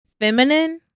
feminine